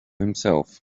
himself